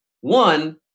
one